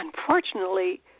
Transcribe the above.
unfortunately